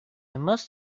must